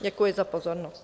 Děkuji za pozornost.